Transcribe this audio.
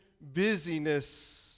busyness